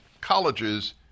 colleges